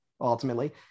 ultimately